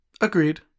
Agreed